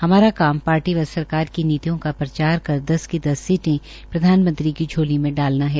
हमारा काम पार्टी व सरकार की नीतियों का प्रचार कर दस की दस सीटें प्रधानमंत्री की झोली मे डालना है